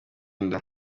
inda